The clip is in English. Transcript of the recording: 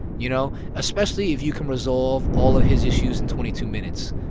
you know, especially if you can resolve all of his issues in twenty two minutes,